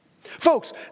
Folks